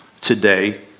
today